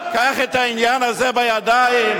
קח את העניין הזה בידיים,